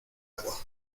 agua